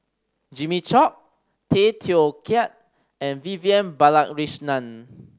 Jimmy Chok Tay Teow Kiat and Vivian Balakrishnan